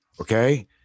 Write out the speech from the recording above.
Okay